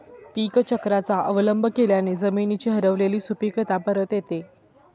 पीकचक्राचा अवलंब केल्याने जमिनीची हरवलेली सुपीकता परत येते